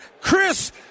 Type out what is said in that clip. Chris